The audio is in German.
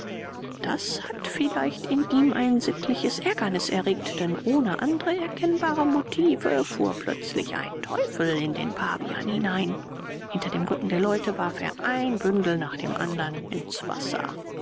das hat vielleicht in ihm ein sittliches ärgernis erregt denn ohne andre erkennbare motive fuhr plötzlich ein teufel in den pavian hinein hinter dem rücken der leute warf er ein bündel nach dem andern ins wasser